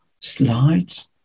slides